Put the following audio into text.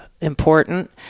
important